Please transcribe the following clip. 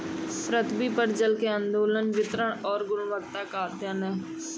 पृथ्वी पर जल के आंदोलन वितरण और गुणवत्ता का अध्ययन है